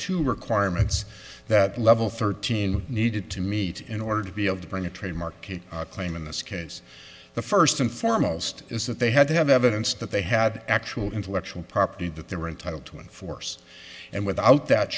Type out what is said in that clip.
two requirements that level thirteen needed to meet in order to be able to bring a trademark claim in this case the first and foremost is that they had to have evidence that they had actual intellectual property that they were entitled to enforce and without that